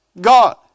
God